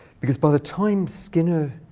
because by the time so you know